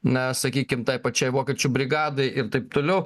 na sakykim tai pačiai vokiečių brigadai ir taip toliau